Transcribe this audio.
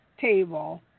table